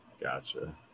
Gotcha